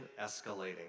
Escalating